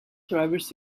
drivers